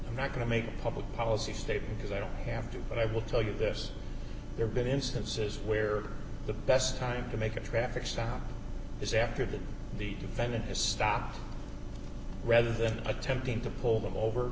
i'm not going to make a public policy statement because i don't have to but i will tell you this there been instances where the best time to make a traffic stop is after that the defendant has stopped rather than attempting to pull them over